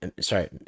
sorry